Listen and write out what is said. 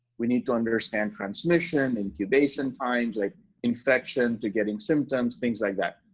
we need to understand transmission, incubation times, like infection, to getting symptoms, things like that.